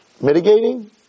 mitigating